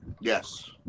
Yes